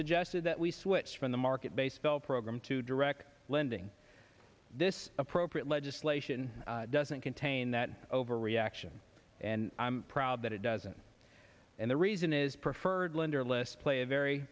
suggested that we switched from the market based sell program to direct lending this appropriate legislation doesn't contain that overreaction and i'm proud that it doesn't and the reason is preferred lender list play a very